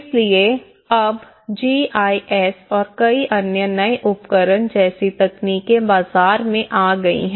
इसलिए अब G I S और कई अन्य नए उपकरण जैसी तकनीकें बाजार में आ गई हैं